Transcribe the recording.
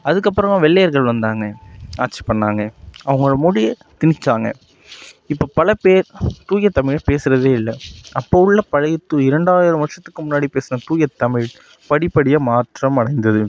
அதுக்கப்புறம் வெள்ளையர்கள் வந்தாங்க ஆட்சி பண்ணிணாங்க அவங்க மொழியை திணிச்சாங்க இப்போ பல பேர் தூய தமிழில் பேசுறதே இல்ல அப்போது உள்ள பழைய தூய இரண்டாயிரம் வருஷத்துக்கு முன்னாடி பேசின தூயத்தமிழ் படிப்படியாக மாற்றம் அடைந்தது